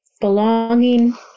belonging